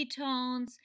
ketones